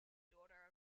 daughter